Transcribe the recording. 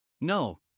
No